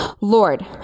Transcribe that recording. Lord